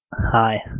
Hi